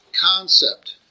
concept